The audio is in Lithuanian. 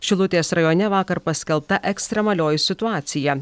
šilutės rajone vakar paskelbta ekstremalioji situacija